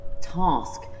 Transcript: task